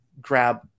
grab